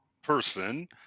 person